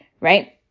right